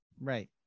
right